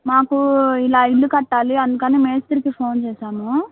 మాకు ఇలా ఇల్లు కట్టాలి అందుకని మేస్త్రికి ఫోన్ చేశాము